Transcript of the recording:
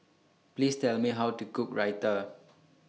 Please Tell Me How to Cook Raita